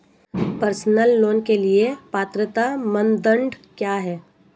Personal loan के लिए पात्रता मानदंड क्या हैं?